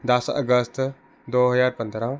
ਦਸ ਅਗਸਤ ਦੋ ਹਜ਼ਾਰ ਪੰਦਰਾਂ